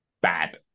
bad